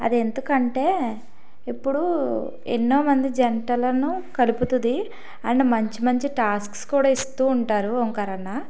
అది ఎందుకంటే ఇప్పుడు ఎన్నో మంది జంటలను కలుపుతుంది అండ్ మంచి మంచి టాస్క్స్ కూడా ఇస్తూ ఉంటారు ఓంకార్ అన్నా